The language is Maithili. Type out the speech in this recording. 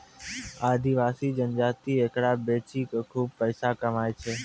आदिवासी जनजाति एकरा बेची कॅ खूब पैसा कमाय छै